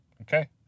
okay